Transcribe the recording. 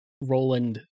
Roland